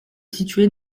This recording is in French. située